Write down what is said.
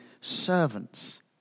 servants